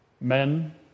men